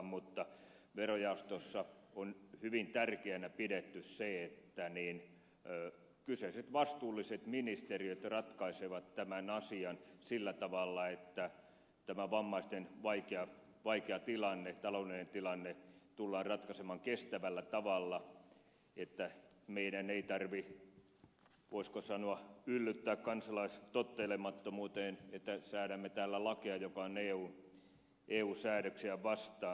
mutta verojaostossa on hyvin tärkeänä pidetty sitä että kyseiset vastuulliset ministeriöt ratkaisevat tämän asian sillä tavalla että tämä vammaisten vaikea taloudellinen tilanne tullaan ratkaisemaan kestävällä tavalla että meidän ei tarvitse voisiko sanoa yllyttää kansalaistottelemattomuuteen että säädämme täällä lakia joka on eu säädöksiä vastaan